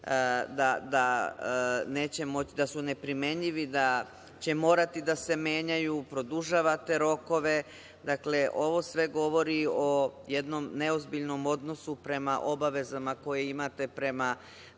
da su neprimenjivi, da će morati da se menjaju, da produžavate rokove. Ovo sve govori o jednom neozbiljnom odnosu prema obavezama koje imate prema